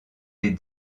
des